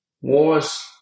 wars